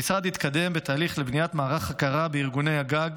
המשרד התקדם בתהליך לבניית מערך הכרה בארגוני הגג